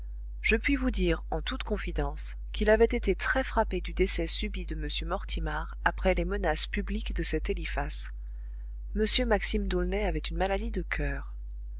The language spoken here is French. je puis vous dire en toute confidence qu'il avait été très frappé du décès subit de m mortimar après les menaces publiques de cet eliphas m maxime d'aulnay avait une maladie de coeur